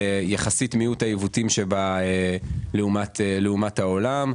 יחסית מיעוט העיוותים שבה לעומת העולם.